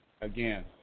again